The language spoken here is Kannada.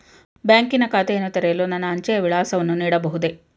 ಬ್ಯಾಂಕಿನ ಖಾತೆ ತೆರೆಯಲು ನನ್ನ ಅಂಚೆಯ ವಿಳಾಸವನ್ನು ನೀಡಬಹುದೇ?